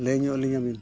ᱞᱟᱹᱭ ᱧᱚᱜ ᱟᱹᱞᱤᱧᱟᱵᱤᱱ